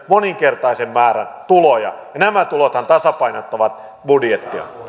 moninkertaisen määrän tuloja nämä tulothan tasapainottavat budjettia